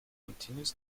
continues